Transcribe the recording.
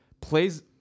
Plays